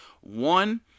one